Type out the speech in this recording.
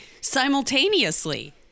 simultaneously